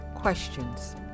Questions